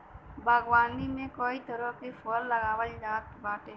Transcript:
बागवानी में कई तरह के फल लगावल जात बाटे